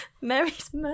mary's